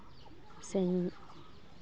ᱥᱮ